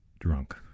drunk